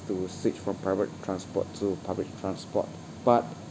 to switch from private transport to public transport but